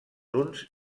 huns